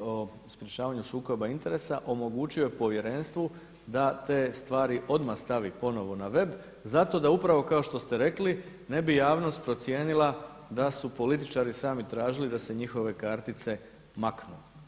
o sprječavanju sukoba interesa omogućio je Povjerenstvu da te stvari odmah stavi ponovno na web. zato da upravo kao što ste rekli ne bi javnost procijenila da su političari sami tražili da se njihove kartice maknu.